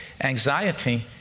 anxiety